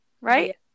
right